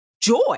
joy